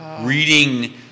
reading